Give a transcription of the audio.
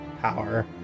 power